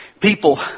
people